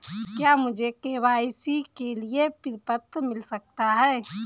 क्या मुझे के.वाई.सी के लिए प्रपत्र मिल सकता है?